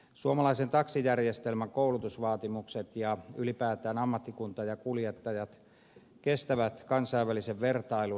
suomalaisen taksijärjestelmän koulutusvaatimukset ja ylipäätään ammattikunta ja kuljettajat kestävät kansainvälisen vertailun